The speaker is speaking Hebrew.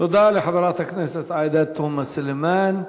תודה לחברת הכנסת עאידה תומא סלימאן.